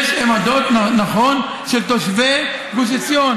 אין חילוקי דעות,